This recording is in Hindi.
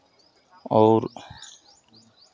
और